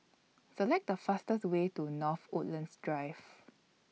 Select The fastest Way to North Woodlands Drive